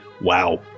wow